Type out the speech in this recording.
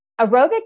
aerobic